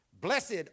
Blessed